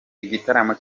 igitaramo